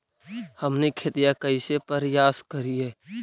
हमनी खेतीया कइसे परियास करियय?